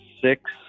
six